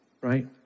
right